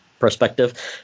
perspective